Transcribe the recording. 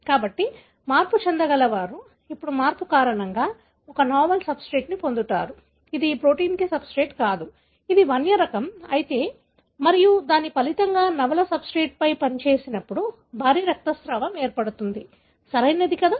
కాబట్టి మార్పుచెందగలవారు ఇప్పుడు మార్పు కారణంగా ఒక నావెల్ సబ్స్ట్రేట్ను పొందుతారు ఇది ఈ ప్రోటీన్కు సబ్స్ట్రేట్ కాదు అది వన్య రకం అయితే మరియు దాని ఫలితంగా నవల సబ్స్ట్రేట్పై పనిచేసినప్పుడు భారీ రక్తస్రావం ఏర్పడుతుంది సరియైనది కదా